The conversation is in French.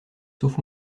sauf